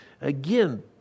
Again